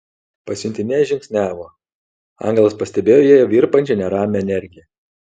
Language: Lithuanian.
pasiuntinė žingsniavo angelas pastebėjo joje virpančią neramią energiją